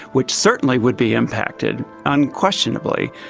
which certainly would be impacted, unquestionably,